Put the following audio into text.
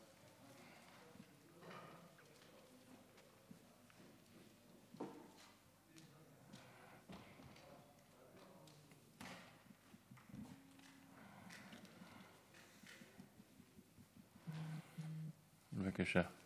בבקשה.